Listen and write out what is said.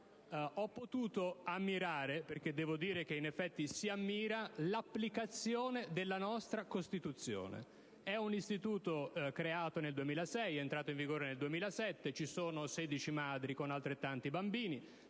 Ho potuto ammirare, perché in effetti si ammira, l'applicazione della nostra Costituzione. È un istituto, creato nel 2006 ed entrato in funzione nel 2007, con 16 madri e altrettanti bambini.